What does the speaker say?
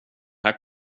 här